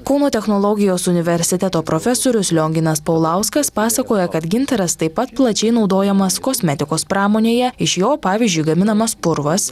kauno technologijos universiteto profesorius lionginas paulauskas pasakoja kad gintaras taip pat plačiai naudojamas kosmetikos pramonėje iš jo pavyzdžiui gaminamas purvas